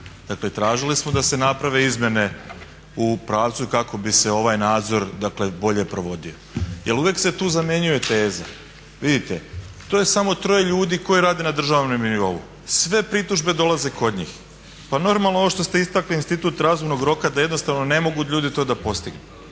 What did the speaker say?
dakle tražili smo da se naprave izmjene u pravcu kako bi se ovaj nadzor dakle bolje provodio jer uvijek se tu zamjenjuje teza, vidite to je samo troje ljudi koji rade na državnom nivou, sve pritužbe dolaze kod njih. Pa normalno ovo što ste istakli, institut razumnog roka da je jednostavno ne mogu ljudi to da postignu,